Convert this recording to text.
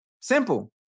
Simple